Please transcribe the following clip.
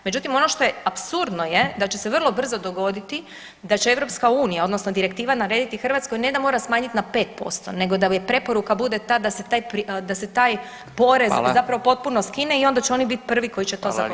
Međutim, ono što apsurdno je da će se vrlo brzo dogoditi da će EU odnosno direktiva narediti Hrvatskoj ne da mora smanjiti na 5% nego da preporuka bude ta da se taj porez zapravo [[Upadica Radin: Hvala.]] potpuno skine i onda će oni bit prvi koji će to zagovarati.